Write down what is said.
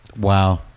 Wow